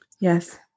Yes